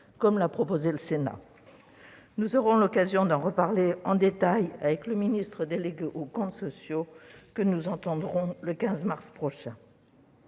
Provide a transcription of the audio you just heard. comme l'a proposé le Sénat. Nous aurons l'occasion d'en reparler en détail avec le ministre délégué aux comptes publics, que nous entendrons le 15 mars prochain.